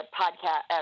podcast